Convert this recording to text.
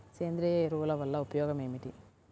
సేంద్రీయ ఎరువుల వల్ల ఉపయోగమేమిటీ?